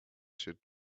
should